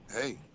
hey